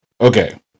okay